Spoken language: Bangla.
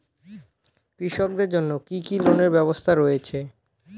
কৃষকদের জন্য কি কি লোনের ব্যবস্থা রয়েছে?